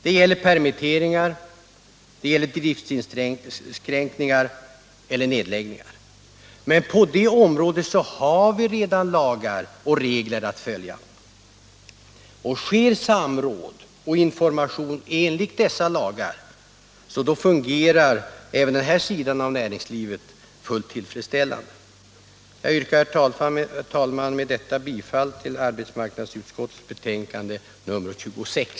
Det gäller permitteringar, driftsinskränkningar eller nedläggningar. Men på det området har vi redan lagar och regler att följa. Sker samråd och information enligt dessa lagar, fungerar även den här sidan av näringslivet fullt tillfredsställande. Jag yrkar, herr talman, med detta bifall till utskottets hemställan i arbetsmarknadsutskottets betänkande nr 26.